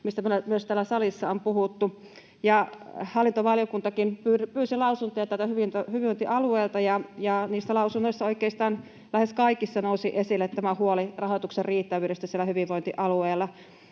mistä myös täällä salissa on puhuttu. Hallintovaliokuntakin pyysi lausuntoja täältä hyvinvointialueilta, ja niissä lausunnoissa — oikeastaan lähes kaikissa — nousi esille tämä huoli rahoituksen riittävyydestä siellä hyvinvointialueella,